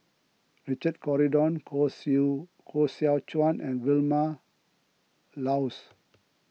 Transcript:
Richard Corridon Koh Koh Seow Chuan and Vilma Laus